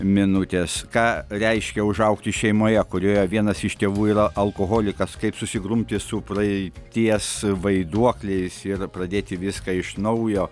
minutės ką reiškia užaugti šeimoje kurioje vienas iš tėvų yra alkoholikas kaip susigrumti su praeities vaiduokliais ir pradėti viską iš naujo